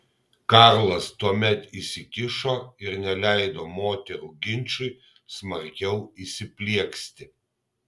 karlas tuomet įsikišo ir neleido moterų ginčui smarkiau įsiplieksti